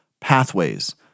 pathways